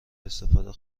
استفاده